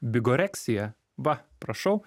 bigoreksija va prašau